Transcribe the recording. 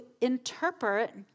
interpret